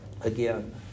again